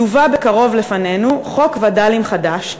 יובא בקרוב לפנינו חוק וד"לים חדש,